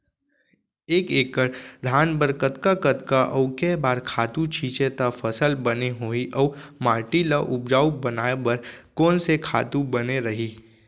एक एक्कड़ धान बर कतका कतका अऊ के बार खातू छिंचे त फसल बने होही अऊ माटी ल उपजाऊ बनाए बर कोन से खातू बने रही?